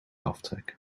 aftrekken